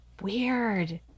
Weird